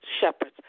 shepherds